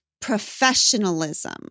professionalism